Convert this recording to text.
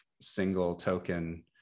single-token